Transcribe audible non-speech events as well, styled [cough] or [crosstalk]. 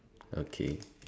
okay [noise]